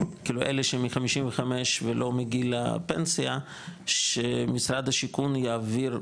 כאלו אלה שמ-55 ולא מגיל הפנסיה שמשרד השיכון יעביר,